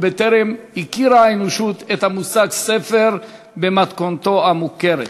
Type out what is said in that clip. ובטרם הכירה האנושות את המושג ספר במתכונתו המוכרת.